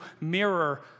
mirror